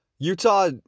Utah